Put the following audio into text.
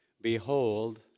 behold